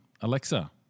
Alexa